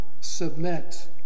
submit